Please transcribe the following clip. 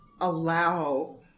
allow